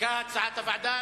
קבוצת מרצ הסתייגויות.